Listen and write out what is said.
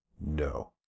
No